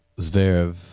Zverev